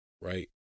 right